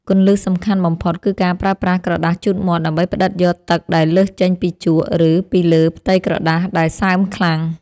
គន្លឹះសំខាន់បំផុតគឺការប្រើប្រាស់ក្រដាសជូតមាត់ដើម្បីផ្តិតយកទឹកដែលលើសចេញពីជក់ ឬ ពីលើផ្ទៃក្រដាសដែលសើមខ្លាំង។